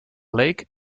lake